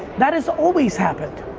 that has always happened.